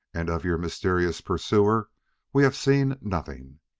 and of your mysterious pursuer we have seen nothing.